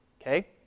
Okay